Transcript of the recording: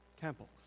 temples